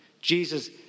Jesus